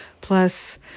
Plus